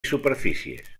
superfícies